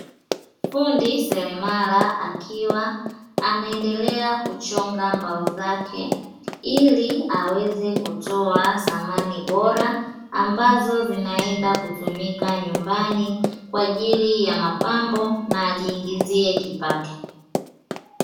Fundi seremala akiwa anaendelea kuchonga mbao zake, ili aweze kutoa samani bora; ambazo zinaenda kutumika nyumbani kwa ajili ya mapambo na ajiingizie kipato.